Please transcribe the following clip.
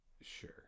Sure